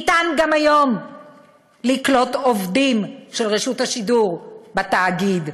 אפשר גם היום לקלוט עובדים של רשות השידור בתאגיד,